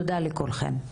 תודה לכולם.